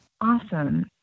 Awesome